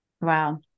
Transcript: Wow